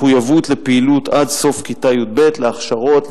מחויבות לפעילות עד סוף כיתה י"ב להכשרות,